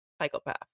psychopath